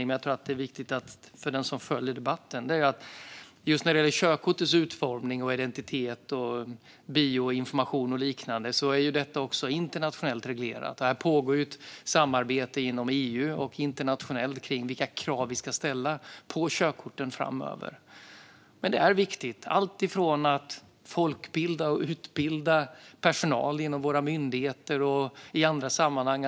Här pågår ett samarbete inom EU och internationellt kring vilka krav vi ska ställa på körkorten framöver. Jag tror inte att Thomas Morell har någon annan uppfattning, men jag tror att det är viktigt för den som följer debatten att känna till den utmaningen. Det är viktigt att säkerställa identiteten och göra de kontroller som krävs, och vi ska både folkbilda och utbilda personal inom våra myndigheter och i andra sammanhang.